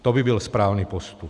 To by byl správný postup.